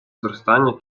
зростання